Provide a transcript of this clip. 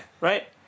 Right